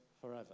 forever